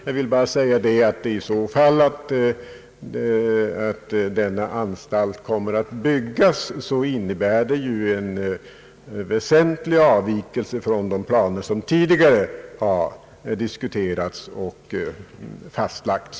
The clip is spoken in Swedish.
Jag vill bara säga, att om denna anstalt kommer att byggas innebär den en väsentlig avvikelse från de planer som tidigare har diskuterats och fastlagts.